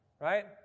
right